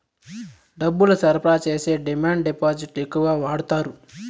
డబ్బులు సరఫరా చేసేకి డిమాండ్ డిపాజిట్లు ఎక్కువ వాడుతారు